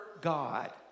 God